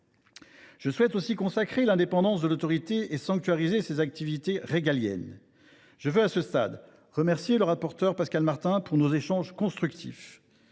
Je souhaite aussi consacrer l’indépendance de l’Autorité et sanctuariser ses activités régaliennes. Je veux, à ce stade de notre débat, remercier le rapporteur Pascal Martin de nos échanges constructifs.